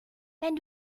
wenn